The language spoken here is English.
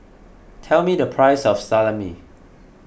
tell me the price of Salami